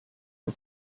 for